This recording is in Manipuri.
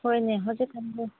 ꯍꯣꯏꯅꯦ ꯍꯧꯖꯤꯛ ꯀꯥꯟꯗꯨ